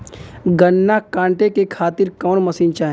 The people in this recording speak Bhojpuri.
गन्ना कांटेके खातीर कवन मशीन चाही?